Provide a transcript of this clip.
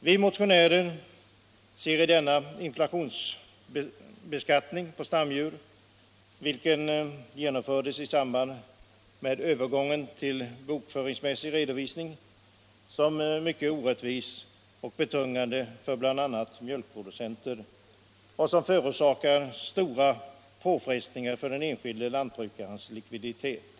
Vi motionärer anser denna inflationsbeskattning på stamdjur, vilken genomfördes i samband med övergången till bokföringsmässig redovisning, mycket orättvis och betungande för bl.a. mjölkproducenterna. Den förorsakar stora påfrestningar på den enskilde lantbrukarens likviditet.